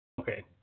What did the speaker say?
Okay